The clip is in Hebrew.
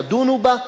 תדונו בה",